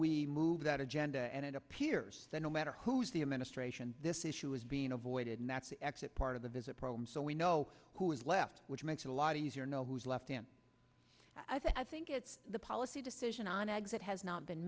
we move that agenda and it appears that no matter who's the administration this issue is being avoided and that's the exit part of the visit program so we know who is left which makes it a lot easier no who's left in i think it's the policy decision an exit has not been